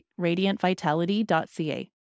radiantvitality.ca